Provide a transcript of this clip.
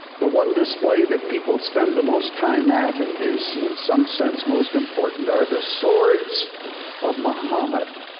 the one display that people spend the most time at and is in some sense most important, are the swords of muhammad.